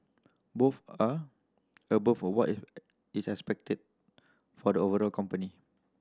both are above what is expected for the overall company